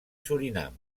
surinam